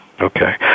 Okay